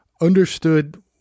understood